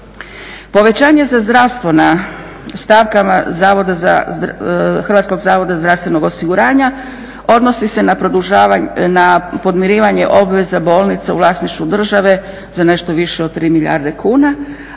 Povećanje za zdravstvo na stavkama Hrvatskog zavoda zdravstvenog osiguranja odnosi se na podmirivanje obveza bolnica u vlasništvu države za nešto više od 3 milijarde kuna,